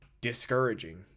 Discouraging